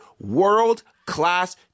world-class